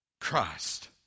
Christ